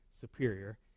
superior